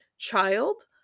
child